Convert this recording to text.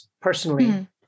personally